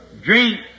drink